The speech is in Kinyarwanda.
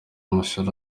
amashuri